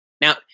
Now